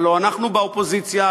הלוא אנחנו באופוזיציה,